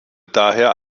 daher